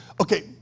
okay